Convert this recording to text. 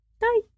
Bye